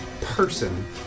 person